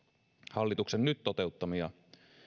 hallituksen nyt toteuttamia